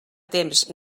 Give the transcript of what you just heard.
temps